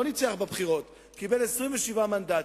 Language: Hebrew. לא ניצח בבחירות, קיבל 27 מנדטים.